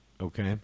Okay